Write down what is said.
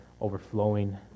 overflowing